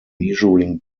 measuring